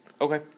Okay